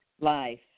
life